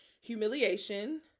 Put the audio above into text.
humiliation